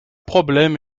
problème